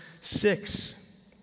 six